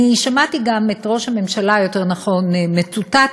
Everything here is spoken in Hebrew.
אני שמעתי גם את ראש הממשלה, יותר נכון, מצוטט,